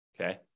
okay